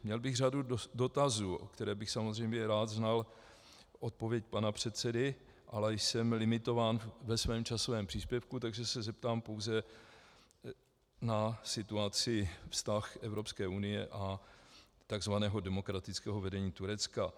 Měl bych řadu dotazů, na které bych samozřejmě rád znal odpověď pana předsedy, ale jsem limitován ve svém časovém příspěvku, takže se zeptám pouze na situaci vztah Evropské unie a takzvaného demokratického vedení Turecka.